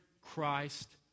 Christ